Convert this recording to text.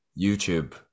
YouTube